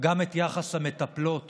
גם את היחס בין מספר מטפלות